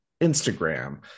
Instagram